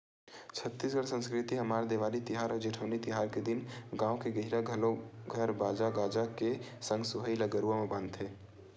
छत्तीसगढ़ी संस्कृति हमर देवारी तिहार अउ जेठवनी तिहार के दिन गाँव के गहिरा घरो घर बाजा गाजा के संग सोहई ल गरुवा म बांधथे